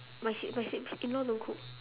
my sis my sis in law don't cook